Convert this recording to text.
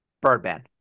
Birdman